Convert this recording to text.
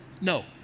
No